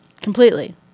completely